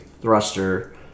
thruster